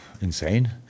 insane